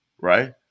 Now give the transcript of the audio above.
right